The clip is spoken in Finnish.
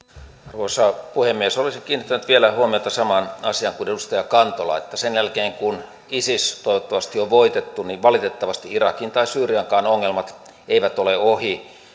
arvoisa puhemies olisin kiinnittänyt vielä huomiota samaan asiaan kuin edustaja kantola sen jälkeen kun isis toivottavasti on voitettu niin valitettavasti irakin tai syyriankaan ongelmat eivät ole ohi